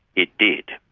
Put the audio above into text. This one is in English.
it did.